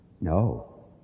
No